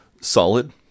solid